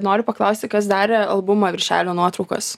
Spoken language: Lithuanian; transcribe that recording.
noriu paklausti kas darė albumo viršelio nuotraukas